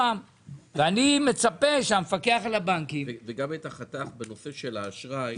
וגם את החתך בנושא של האשראי.